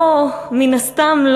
מן הסתם,